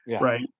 right